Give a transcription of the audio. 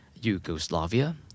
Yugoslavia